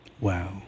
Wow